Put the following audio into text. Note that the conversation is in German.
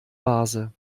vase